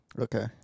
Okay